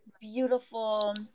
beautiful